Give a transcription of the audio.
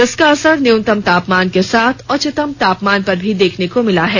इसका असर न्यूनतम तापमान के साथ उच्चतम तापमान पर भी देखने को मिला है